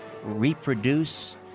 reproduce